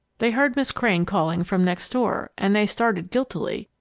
they heard miss crane calling from next door, and they started guiltily,